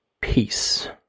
peace